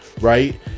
Right